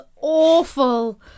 awful